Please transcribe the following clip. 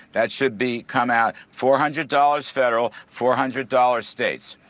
that should be come out four hundred dollars federal, four hundred dollars states.